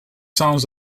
sounds